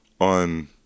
on